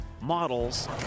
models